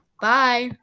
bye